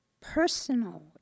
personal